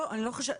לא, אני לא חושבת.